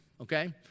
okay